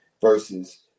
versus